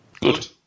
Good